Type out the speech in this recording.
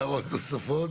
הערות נוספות?